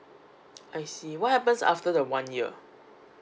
I see what happens after the one year